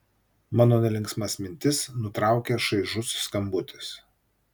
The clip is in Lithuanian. mano nelinksmas mintis nutraukia šaižus skambutis